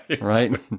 right